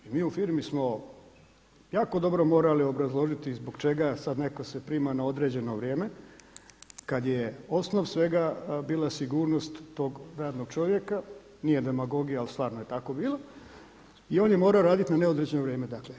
I mi u firmi smo jako dobro morali obrazložiti zbog čega sada netko se prima određeno vrijeme kada je osnova svega bila sigurnost tog radnog čovjeka, nije demagogija ali stvarno je tako bilo i on je morao raditi na neodređeno vrijeme dakle.